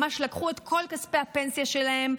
ממש לקחו את כל כספי הפנסיה שלהם,